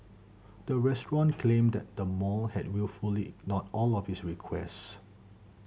the restaurant claimed that the mall had wilfully ignored all of its requests